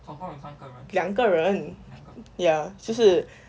两个人